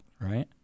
right